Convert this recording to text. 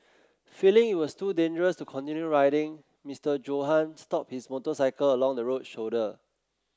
feeling it was too dangerous to continue riding Mister Johann stopped his motorcycle along the road shoulder